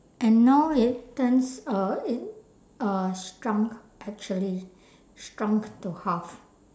and now it turns uh it uh shrunk actually shrunk to half